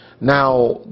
Now